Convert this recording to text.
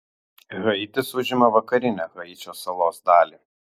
haitis užima vakarinę haičio salos dalį